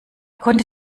konnte